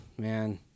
man